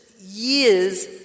years